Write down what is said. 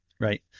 Right